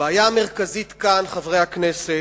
הבעיה המרכזית כאן, חברי הכנסת,